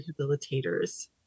rehabilitators